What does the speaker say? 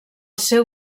seu